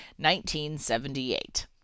1978